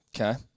Okay